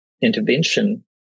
intervention